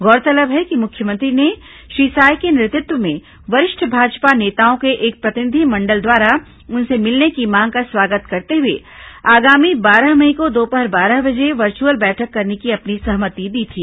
गौरतलब है कि मुख्यमंत्री ने श्री साय के नेतृत्व में वरिष्ठ भाजपा नेताओं के एक प्रतिनिधिमंडल द्वारा उनसे मिलने की मांग का स्वागत करते हुए आगामी बारह मई को दोपहर बारह बजे वर्चुअल बैठक करने की अपनी सहमति दी थी